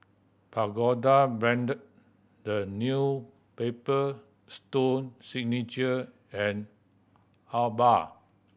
Pagoda Brand The New Paper Stone Signature and Alba